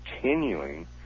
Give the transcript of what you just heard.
continuing